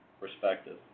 perspective